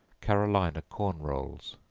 carolina corn rolls.